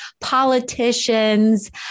politicians